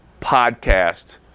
podcast